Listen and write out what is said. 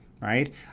right